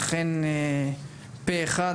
אכן פה אחד.